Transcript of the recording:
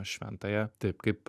šventąją taip kaip